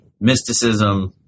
mysticism